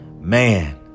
Man